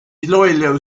iloilo